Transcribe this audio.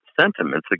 sentiments